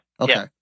Okay